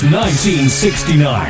1969